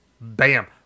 bam